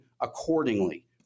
accordingly